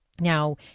Now